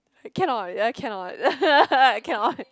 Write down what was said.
cannot ya cannot I cannot